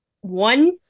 One